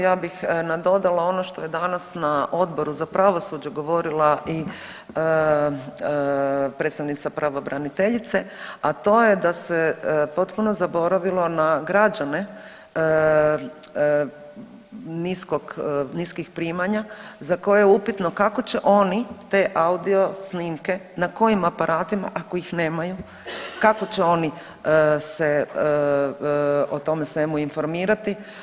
Ja bih nadodala ono što je danas na Odboru za pravosuđe govorila i predstavnica pravobraniteljice, a to je da se potpuno zaboravilo na građane niskih primanja za koje je upitno kako će oni te audio snimke na kojim aparatima ako ih nemaju, kako će oni se o tome svemu informirati.